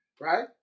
Right